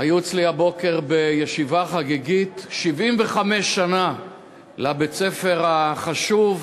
הצעת החוק עברה בקריאה טרומית ותועבר לוועדת החוקה,